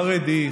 חרדי,